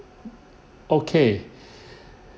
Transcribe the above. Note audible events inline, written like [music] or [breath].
okay [breath]